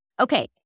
Okay